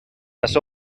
açò